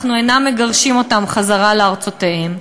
אנחנו איננו מגרשים אותם חזרה לארצותיהם,